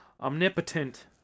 omnipotent